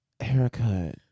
haircut